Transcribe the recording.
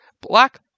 Black